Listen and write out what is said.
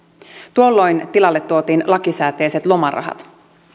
tuolloin tilalle tuotiin lakisääteiset lomarahat